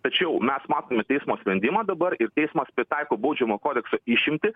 tačiau mes matome teismo sprendimą dabar ir teismas pritaiko baudžiamo kodekso išimtį